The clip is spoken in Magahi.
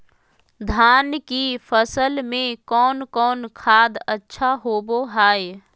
धान की फ़सल में कौन कौन खाद अच्छा होबो हाय?